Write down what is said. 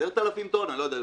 10,000 טון, אני לא יודע,